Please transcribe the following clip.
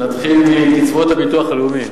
נתחיל מקצבאות הביטוח הלאומי.